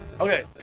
Okay